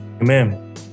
Amen